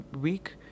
week